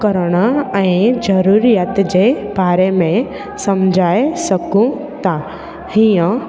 करणु ऐं ज़रूरीयति जे बारे में सम्झाए सघूं था हीअं